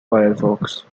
firefox